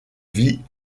vit